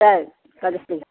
ಸರಿ ಕಲಿಸ್ತಿಗ